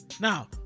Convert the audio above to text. Now